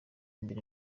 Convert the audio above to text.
imbere